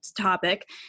topic